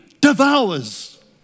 devours